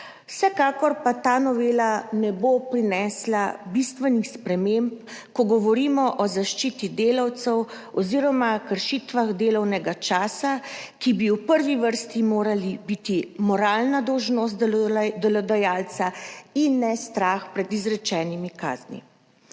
Vsekakor pa ta novela ne bo prinesla bistvenih sprememb, ko govorimo o zaščiti delavcev oziroma kršitvah delovnega časa, ki bi v prvi vrsti morali biti moralna dolžnost delodajalca in ne strah pred izrečenimi kazni.